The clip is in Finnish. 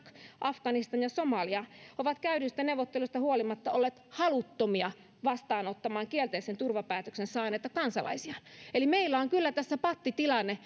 afganistan ja somalia ovat käydyistä neuvotteluista huolimatta olleet haluttomia vastaanottamaan kielteisen turvapaikkapäätöksen saaneita kansalaisia eli meillä on kyllä tässä pattitilanne